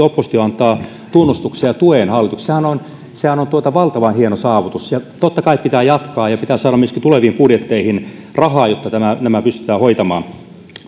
oppositio antaa tunnustuksia ja tuen hallitukselle sehän on valtavan hieno saavutus totta kai pitää jatkaa ja pitää saada myöskin tuleviin budjetteihin rahaa jotta nämä pystytään hoitamaan